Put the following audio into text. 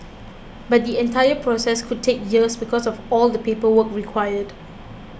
but the entire process could take years because of all the paperwork required